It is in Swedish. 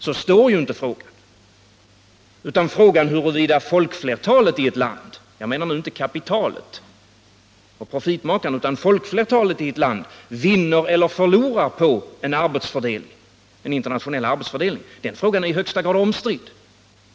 Så står ju inte frågan, utan frågan huruvida folkflertalet — jag menar alltså inte kapitalet och profitmakarna — vinner eller förlorar på en internationell arbetsfördelning är i högsta grad omstridd.